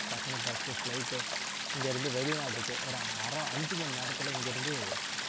டக்குனு bus flight இங்கே இருந்து வெளிநாட்டுக்கே ஒரு அரை அஞ்சு மணி நேரத்தில் இங்கேருந்து